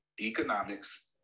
Economics